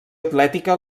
atlètica